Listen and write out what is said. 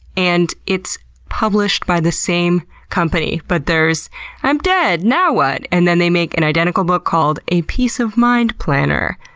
and it's published by the same company. but there's i'm dead. now what? and then they make an identical book called a peace of mind planner.